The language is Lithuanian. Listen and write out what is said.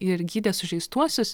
ir gydė sužeistuosius